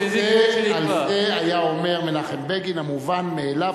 על זה היה אומר מנחם בגין: המובן מאליו,